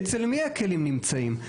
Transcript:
אצל מי הכלים נמצאים.